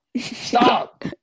stop